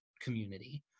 community